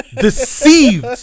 deceived